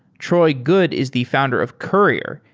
troy goode is the founder of courier,